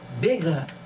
bigger